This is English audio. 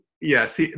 Yes